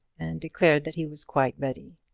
and declared that he was quite ready.